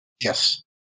Yes